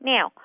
Now